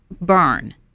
burn